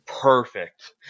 perfect